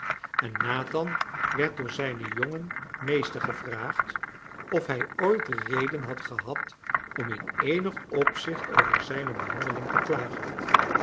en nathan werd door zijnen jongen meester gevraagd of hij ooit reden had gehad om in eenig opzicht over zijne behandeling te klagen